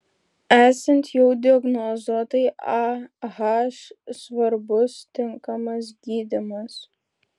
esant jau diagnozuotai ah svarbus tinkamas gydymas